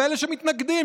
ואלה שמתנגדים,